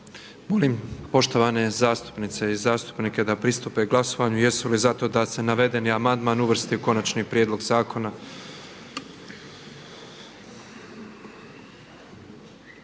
Molim cijenjene zastupnice i zastupnike da pristupe glasovanju tko je za to da se predloženi amandman uvrsti u konačni prijedlog zakona?